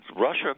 Russia